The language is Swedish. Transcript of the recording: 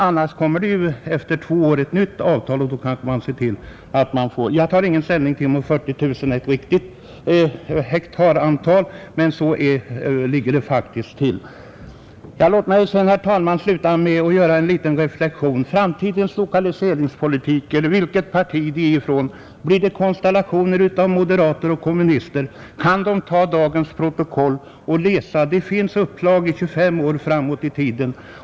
Annars kommer det ett nytt avtal om två år. Jag tar ingen ställning till om 40 000 hektar kan anses vara ett riktigt hektarantal, men så ligger det faktiskt till. Låt mig, herr talman, få sluta med att göra en liten reflexion. Vilket parti som än bestämmer över framtidens lokaliseringspolitik — om det blir konstellationer av moderater och kommunister — kan ta fram dagens protokoll och läsa det. Det finns uppslag för 25 år fram i tiden.